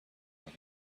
have